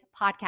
podcast